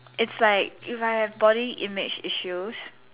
it's like if I have body image issues